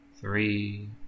three